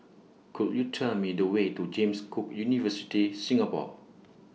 Could YOU Tell Me The Way to James Cook University Singapore